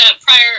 prior